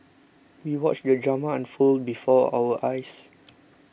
we watched the drama unfold before our eyes